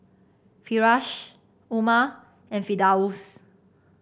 Firash Umar and Firdaus